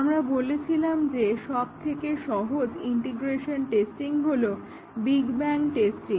আমরা বলেছিলাম যে সব থেকে সহজ ইন্টিগ্রেশন টেস্টিং হলো বিগ ব্যাং টেস্টিং